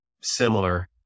similar